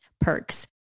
Perks